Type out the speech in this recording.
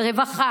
רווחה,